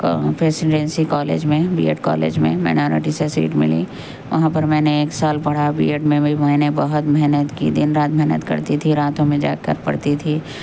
presidency College میں B Ed college میں مینا ریڈی سے سیٹ ملی وہاں پر میں نے ایک سال پڑھا بی ایڈ میں بھی میں نے بہت محنت کی دن رات محنت کرتی تھی راتوں میں جاگ کر پڑھتی تھی